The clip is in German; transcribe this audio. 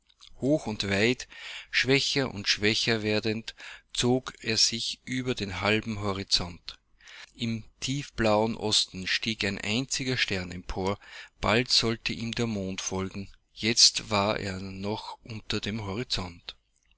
hoch und weit schwächer und schwächer werdend zog er sich über den halben horizont im tiefblauen osten stieg ein einziger stern empor bald sollte ihm der mond folgen jetzt war er noch unter dem horizont